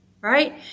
right